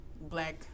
black